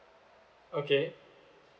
okay